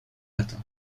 latin